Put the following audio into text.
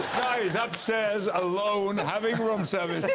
guy is upstairs alone having room service,